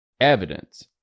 evidence